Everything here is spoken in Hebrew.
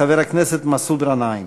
חבר הכנסת מסעוד גנאים.